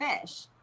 fish